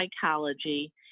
psychology